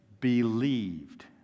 Believed